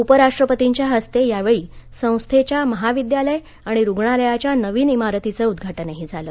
उपराष्ट्रपतींच्या हस्ते यावेळी संस्थेच्या महाविद्यालय आणि रुग्णालयाच्या नवीन इमारतीचं उद्घाटनही झालं